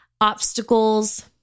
obstacles